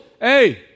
hey